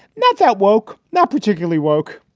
that's at woak. not particularly woak.